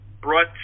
brought